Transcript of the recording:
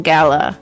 Gala